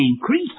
increase